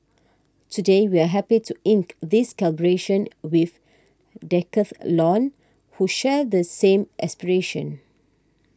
today we are happy to ink this collaboration with Decathlon who share the same aspiration